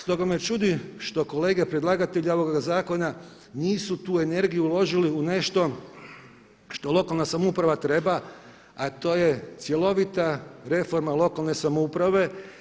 Stoga me čudi što kolege predlagatelja ovog zakona nisu tu energiju uložili u nešto što lokalna samouprava treba, a to je cjelovita reforma lokalne samouprave.